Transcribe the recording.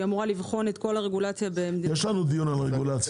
היא אמורה לבחון את כל הרגולציה ב --- יש לנו דיון על רגולציה.